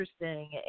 interesting